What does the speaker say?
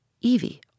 Evie